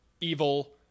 evil